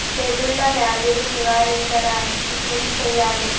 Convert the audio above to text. తెగుళ్ళ వ్యాధులు నివారించడానికి ఏం చేయాలి?